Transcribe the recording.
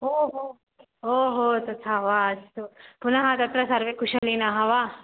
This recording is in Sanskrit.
ओ हो ओहो तथा वा अस्तु पुनः तत्र सर्वे कुशलिनः वा